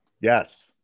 Yes